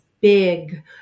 big